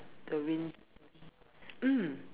the wind~ mm